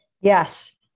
Yes